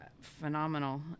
phenomenal